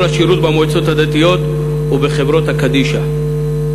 השירות במועצות הדתיות ובחברות קדישא.